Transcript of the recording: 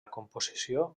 composició